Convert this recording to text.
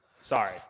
Sorry